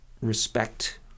respect